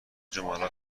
جملات